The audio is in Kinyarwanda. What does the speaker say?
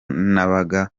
nabaga